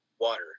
water